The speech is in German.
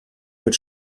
mit